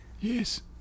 Yes